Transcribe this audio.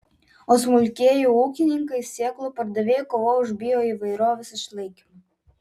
o smulkieji ūkininkai sėklų pardavėjai kovoja už bioįvairovės išlaikymą